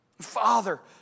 Father